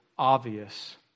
obvious